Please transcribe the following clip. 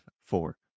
four